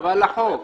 לחוק